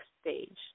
stage